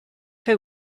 che